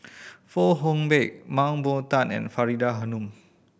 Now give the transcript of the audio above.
Fong Hoe Beng Mah Bow Tan and Faridah Hanum